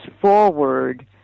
forward